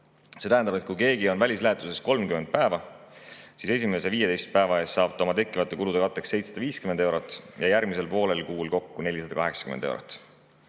See tähendab, et kui keegi on välislähetuses 30 päeva, siis esimese 15 päeva eest saab ta oma tekkivate kulude katteks 750 eurot ja järgmisel poolel kuul kokku 480 eurot.